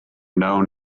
known